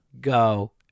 Go